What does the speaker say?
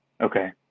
Okay